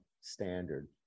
standard